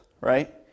Right